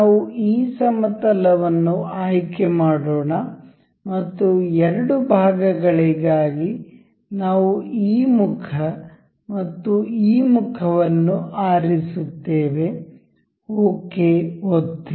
ನಾವು ಈ ಸಮತಲವನ್ನು ಆಯ್ಕೆ ಮಾಡೋಣ ಮತ್ತು ಎರಡು ಭಾಗಗಳಿಗಾಗಿ ನಾವು ಈ ಮುಖ ಮತ್ತು ಈ ಮುಖವನ್ನು ಆರಿಸುತ್ತೇವೆ ಓಕೆ ಒತ್ತಿ